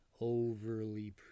overly